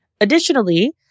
Additionally